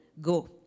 go